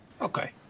Okay